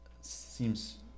Seems